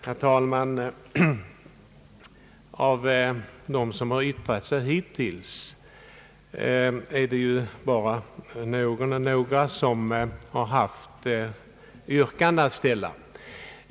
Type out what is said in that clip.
Herr talman! Av dem som hittills yttrat sig är det bara någon eller några som haft yrkanden att ställa.